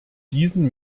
diesen